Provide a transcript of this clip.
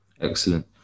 excellent